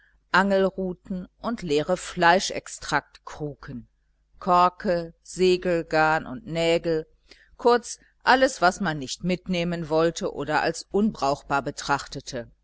angelruten und leere fleischextraktkruken korke segelgarn und nägel kurz alles was man nicht mitnehmen wollte oder als unbrauchbar betrachtete